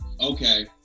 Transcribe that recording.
okay